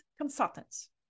consultants